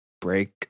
break